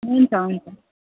हुन्छ हुन्छ